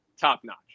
top-notch